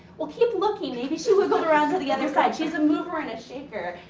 well keep looking, maybe she will come around to the other side. she's a mover and a shaker.